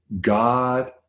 God